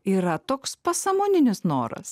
yra toks pasąmoninis noras